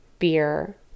beer